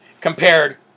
compared